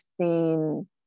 seen